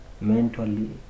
mentally